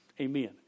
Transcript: Amen